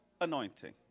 anointing